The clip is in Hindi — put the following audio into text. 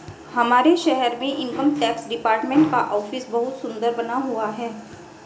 हमारे शहर में इनकम टैक्स डिपार्टमेंट का ऑफिस बहुत सुन्दर बना हुआ है